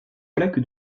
plaque